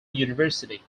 university